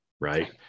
right